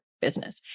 business